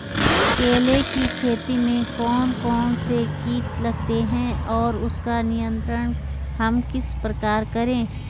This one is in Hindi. केले की खेती में कौन कौन से कीट लगते हैं और उसका नियंत्रण हम किस प्रकार करें?